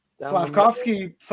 Slavkovsky